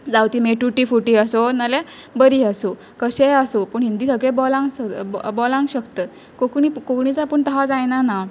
जावं तीं मे टुटी फुटी आसूं नाजाल्यार बरी आसूं कशेंय आसूं पूण हिंदी सगळें बोलांक बोलांक शकतात कोंकणी कोंकणीचो आपूण तसां जायनना